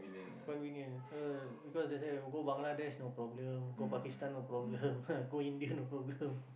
when we near so because they say go Bangladesh no problem go Pakistan no problem go India no problem